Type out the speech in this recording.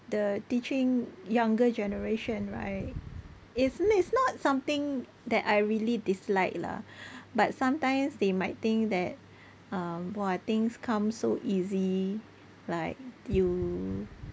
the teaching younger generation right it's it's not something that I really dislike lah but sometimes they might think that um !wah! things come so easy like you